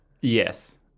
Yes